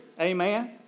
Amen